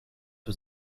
was